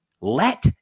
Let